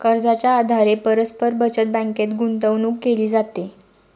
कर्जाच्या आधारे परस्पर बचत बँकेत गुंतवणूक केली जाते